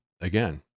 again